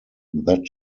that